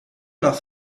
nach